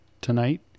tonight